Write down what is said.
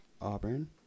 Auburn